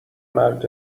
مرد